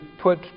put